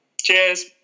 Cheers